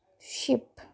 ship